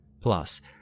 Plus